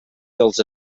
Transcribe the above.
dels